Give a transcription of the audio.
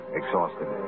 exhausted